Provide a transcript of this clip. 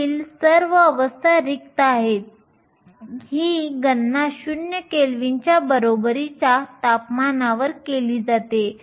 वरील सर्व अवस्था रिक्त आहेत ही गणना 0 केल्विनच्या बरोबरीच्या तापमानावर केली जाते